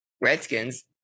Redskins